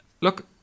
look